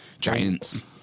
giants